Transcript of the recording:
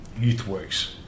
YouthWorks